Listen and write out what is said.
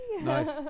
nice